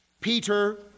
Peter